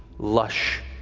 lush,